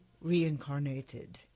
reincarnated